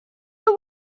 fire